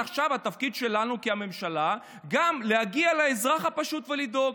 עכשיו התפקיד שלנו כממשלה הוא גם להגיע לאזרח הפשוט ולדאוג,